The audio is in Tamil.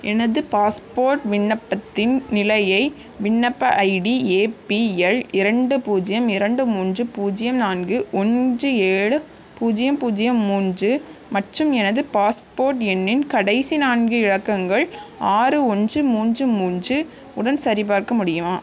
எனது பாஸ்போர்ட் விண்ணப்பத்தின் நிலையை விண்ணப்ப ஐடி ஏபிஎல் இரண்டு பூஜ்யம் இரண்டு மூன்று பூஜ்யம் நான்கு ஒன்று ஏழு பூஜ்யம் பூஜ்யம் மூன்று மற்றும் எனது பாஸ்போர்ட் எண்ணின் கடைசி நான்கு இலக்கங்கள் ஆறு ஒன்று மூன்று மூன்று உடன் சரிபார்க்க முடியுமா